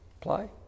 play